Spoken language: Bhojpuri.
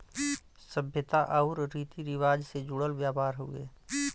सभ्यता आउर रीती रिवाज से जुड़ल व्यापार हउवे